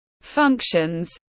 functions